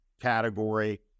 category